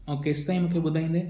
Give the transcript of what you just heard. ऐं केसिताईं मूंखे ॿुधाईंदे